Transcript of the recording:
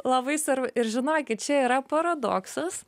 labai svarbu ir žinokit čia yra paradoksas